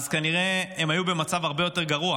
אז כנראה הם היו במצב הרבה יותר גרוע.